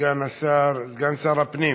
סגן שר הפנים